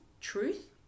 truth